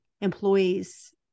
employees